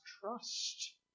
trust